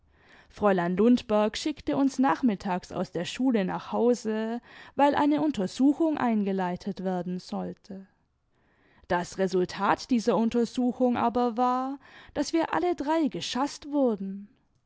fräulein lundberg schickte uns nachmittags aus der schule nach hause weil eine untersuchung eingeleitet werden sollte das resultat dieser untersuchung aber war daß wir alle drei geschaßt wurden